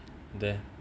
there